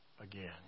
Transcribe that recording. again